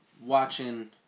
watching